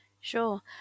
Sure